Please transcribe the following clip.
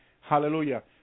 Hallelujah